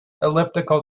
elliptical